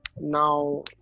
Now